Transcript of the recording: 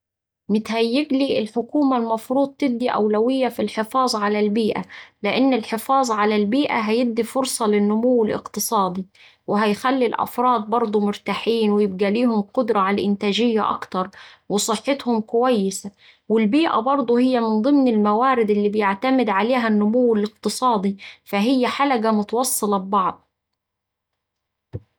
متهيقلي الحكومة المفروض تدي أولوية في الحفاظ على البيئة لأن الحفاظ على البيئة هيدي فرصة للنمو الاقتصادي وهيخلي الأفراد برده مرتاحين ويبقا ليهم قدرة على الإنتاجية أكتر وصحتهم كويسة والبيئة برضه هي من ضمن الموارد اللي بيعتمد عليها النمو الاقتصادي، فهي حلقة متوصلة ببعض.